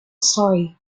story